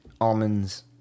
almonds